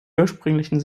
ursprünglichen